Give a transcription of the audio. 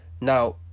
Now